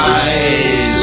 eyes